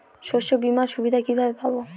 শস্যবিমার সুবিধা কিভাবে পাবো?